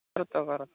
बरं